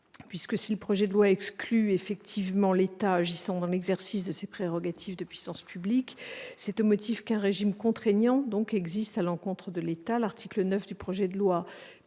Carrère. Si le projet de loi exclut effectivement l'État agissant dans l'exercice de ses prérogatives de puissance publique, c'est au motif qu'un régime contraignant existe à l'encontre de l'État. L'article 9 du projet de loi